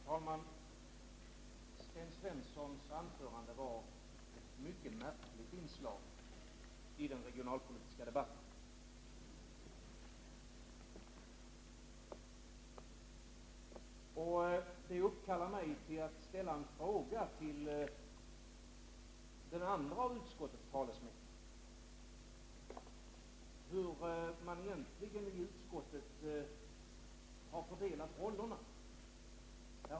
Herr talman! Sten Svenssons anförande var ett mycket märkligt inslag i den regionalpolitiska debatten. Det uppkallar mig till att ställa en fråga till den andre av utskottets talesmän — om hur man i utskottet egentligen har fördelat rollerna. Här har nu Sten Svensson talat för utskottet. Tidigare har en annan person talat för utskottet.